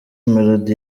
melodie